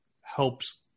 helps